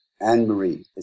Anne-Marie